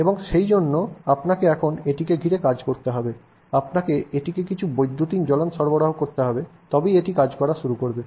এবং সেইজন্য আপনাকে এখন এটিকে ঘিরে কাজ করতে হবে আপনাকে এটিকে কিছু বৈদ্যুতিন জ্বলন সরবরাহ করতে হবে তবেই এটি কাজ করা শুরু করবে